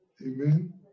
Amen